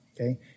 Okay